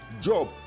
job